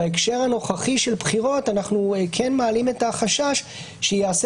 בהקשר הנוכחי של בחירות אנחנו כן מעלים את החשש שייעשה